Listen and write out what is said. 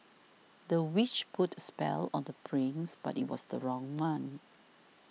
the witch put a spell on the prince but it was the wrong one